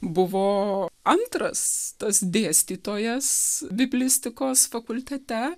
buvo antras tas dėstytojas biblistikos fakultete